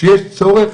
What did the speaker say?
שיש צורך